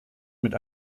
mit